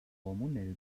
hormonell